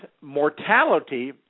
mortality